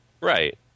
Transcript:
Right